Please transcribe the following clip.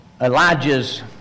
Elijah's